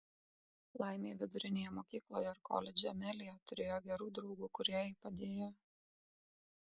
laimei vidurinėje mokykloje ir koledže amelija turėjo gerų draugų kurie jai padėjo